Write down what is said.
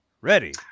Ready